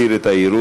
מסיר את הערעור.